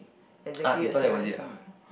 ah you thought that was it ah